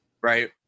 right